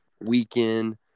weekend